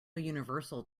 universal